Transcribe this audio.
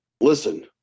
listen